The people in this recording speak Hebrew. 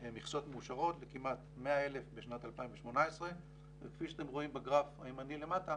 מכסות מאושרות לכמעט 100,000 בשנת 2018. כפי שאתם רואים בגרף הימני למטה